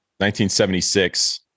1976